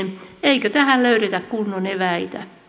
eikö tähän löydetä kunnon eväitä